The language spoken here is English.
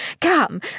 Come